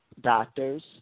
doctors